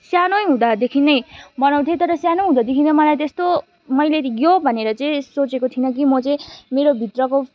सानो हुँदादेखि नै बनाउँथे तर सानो हुँदादेखि नै मलाई त्यस्तो मैले यो भनेर चाहिँ सोचेको थिइनँ कि म चाहिँ मेरोभित्रको